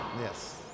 Yes